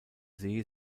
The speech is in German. see